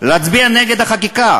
להצביע נגד החקיקה.